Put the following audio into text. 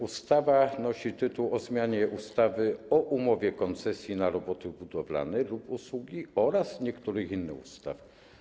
Ustawa nosi tytuł: o zmianie ustawy o umowie koncesji na roboty budowlane lub usługi oraz niektórych innych ustaw.